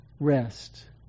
rest